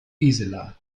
gisela